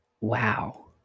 wow